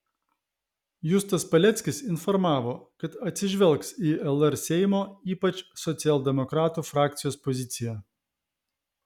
justas paleckis informavo kad atsižvelgs į lr seimo ypač socialdemokratų frakcijos poziciją